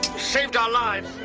saved our lives.